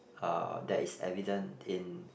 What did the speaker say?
uh that is evident in